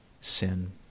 sin